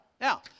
Now